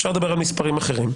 אפשר לדבר על מספרים אחרים.